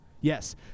yes